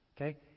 Okay